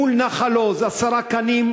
מול נחל-עוז, עשרה קנים.